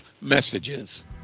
messages